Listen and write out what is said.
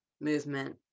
movement